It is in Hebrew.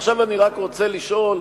עכשיו אני רק רוצה לשאול,